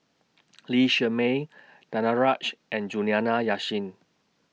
Lee Shermay Danaraj and Juliana Yasin